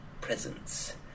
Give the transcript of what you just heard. presence